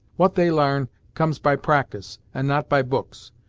what they l'arn comes by practice, and not by books,